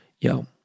yo